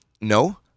no